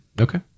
Okay